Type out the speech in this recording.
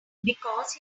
because